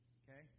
okay